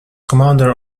commander